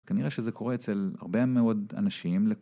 כנראה שזה קורה אצל הרבה מאוד אנשים.